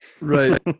right